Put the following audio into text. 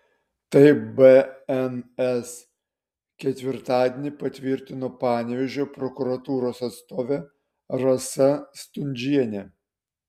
tai bns ketvirtadienį patvirtino panevėžio prokuratūros atstovė rasa stundžienė